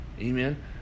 Amen